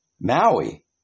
Maui